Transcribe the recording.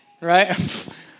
right